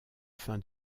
fin